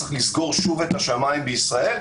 צריך לסגור שוב את השמיים בישראל.